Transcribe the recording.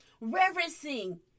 Reverencing